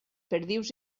perdius